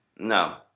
No